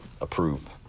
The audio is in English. approve